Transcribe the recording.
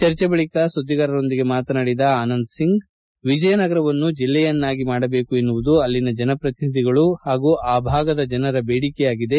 ಚರ್ಚೆ ಬಳಿಕ ಸುದ್ದಿಗಾರೊಂದಿಗೆ ಮಾತನಾಡಿದ ಆನಂದ್ ಸಿಂಗ್ ವಿಜಯನಗರವನ್ನು ಜಿಲ್ಲೆಯನ್ನಾಗಿ ಮಾಡಬೇಕು ಎನ್ನುವುದು ಅಲ್ಲಿನ ಜನಪ್ರತಿನಿಧಿಗಳು ಪಾಗೂ ಆ ಭಾಗದ ಜನರ ಬೇಡಿಕೆಯಾಗಿದೆ